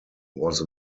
was